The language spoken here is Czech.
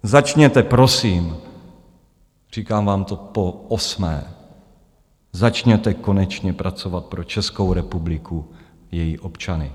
Začněte prosím říkám vám to poosmé konečně pracovat pro Českou republiku její občany.